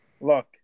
look